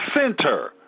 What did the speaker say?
center